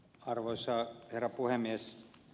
arvoisa herra puhemies